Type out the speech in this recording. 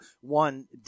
one